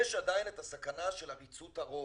יש עדיין את הסכנה של עריצות הרוב.